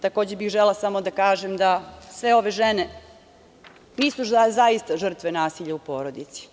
Takođe bih želela da kažem da sve ove žene nisu zaista žrtve nasilja u porodici.